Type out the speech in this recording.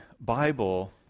Bible